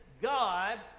God